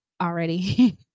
already